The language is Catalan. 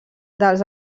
dels